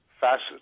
facets